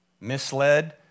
misled